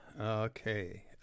Okay